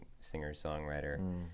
singer-songwriter